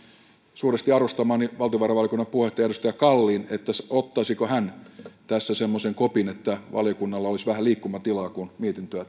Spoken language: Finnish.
suuresti arvostamaani valtiovarainvaliokunnan puheenjohtajaan edustaja kalliin että ottaisiko hän tässä semmoisen kopin että valiokunnalla olisi vähän liikkumatilaa kun mietintöä